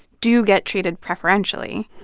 do get treated preferentially.